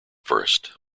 first